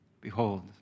Behold